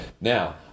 now